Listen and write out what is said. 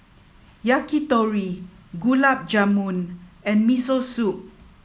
Yakitori Gulab Jamun and Miso Soup